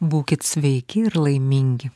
būkit sveiki ir laimingi